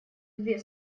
две